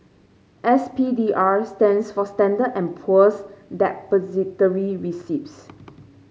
S P D R stands for Standard and Poor's Depository Receipts